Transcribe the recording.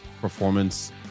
performance